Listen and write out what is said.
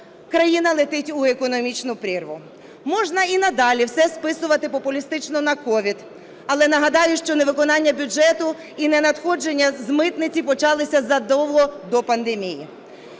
країна летить у економічну прірву. Можна і надалі все списувати популістично на COVID. Але нагадаю, що невиконання бюджету і ненадходження з митниці почалися задовго до пандемії.